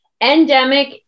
endemic